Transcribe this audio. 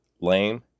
lame